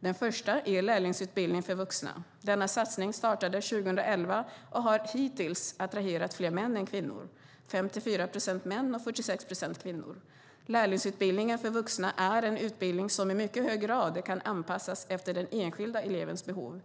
Den första är lärlingsutbildning för vuxna. Denna satsning startade 2011 och har hittills attraherat fler män än kvinnor, 54 procent män och 46 procent kvinnor. Lärlingsutbildningen för vuxna är en utbildning som i mycket hög grad kan anpassas efter den enskilda elevens behov.